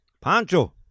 Pancho